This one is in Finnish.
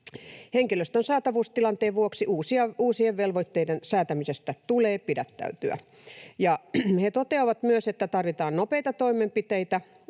Henkilöstön saatavuustilanteen vuoksi uusien velvoitteiden säätämisestä tulee pidättäytyä.” He toteavat myös, että tarvitaan nopeita toimenpiteitä,